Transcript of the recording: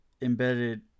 embedded